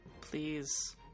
Please